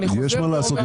יש מה לעשות,